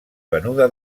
venuda